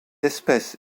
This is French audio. espèce